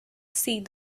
see